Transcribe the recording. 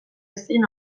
ezin